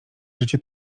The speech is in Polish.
życie